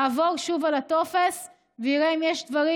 אעבור שוב על הטופס ואראה אם יש דברים